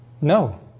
No